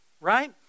right